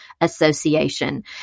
Association